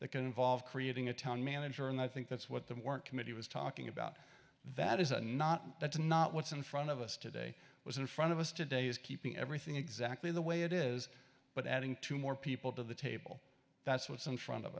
that can involve creating a town manager and i think that's what that weren't committee was talking about that is a not that's not what's in front of us today was in front of us today is keeping everything exactly the way it is but adding two more people to the table that's what some front of